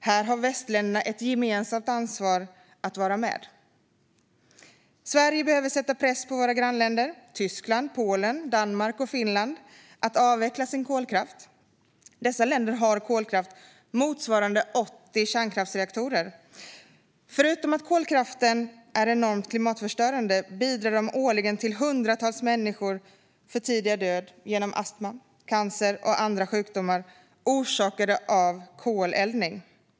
Här har västländerna ett gemensamt ansvar att vara med. Sverige behöver sätta press på våra grannländer Tyskland, Polen, Danmark och Finland att avveckla sin kolkraft. Dessa länder har kolkraft motsvarande 80 kärnkraftsreaktorer. Förutom att kolkraften är enormt klimatförstörande bidrar den årligen till hundratals människors för tidiga död genom astma, cancer och andra sjukdomar orsakade av koleldning.